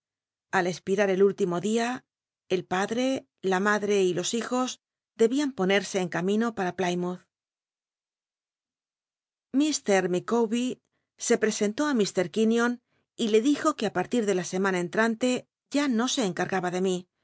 espi rar el llllijno dia el padre la madre y los hijos debian ponerse en camino para l'lymouth lit micawber se presentó í mr quinion y le dijo que r partir de la semana entrante ya no se cneaj pba de mí